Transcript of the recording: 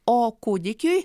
o kūdikiui